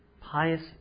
pious